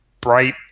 bright